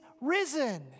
risen